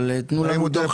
אבל תנו לנו דוח